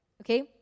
okay